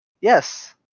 Yes